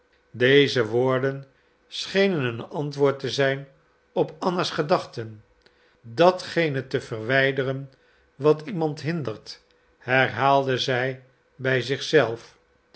deze woorden schenen een antwoord te zijn op anna's gedachten datgene te verwijderen wat iemand hindert herhaalde zij bij